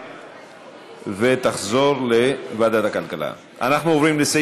חוק מועצת הצמחים (ייצור ושיווק) (תיקון מס' 10),